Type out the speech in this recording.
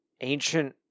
ancient